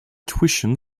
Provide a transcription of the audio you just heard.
tuition